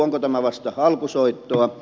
onko tämä vasta alkusoittoa